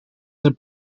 their